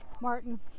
Martin